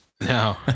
No